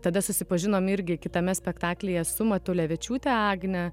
tada susipažinom irgi kitame spektaklyje su matulevičiūte agne